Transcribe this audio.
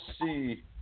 see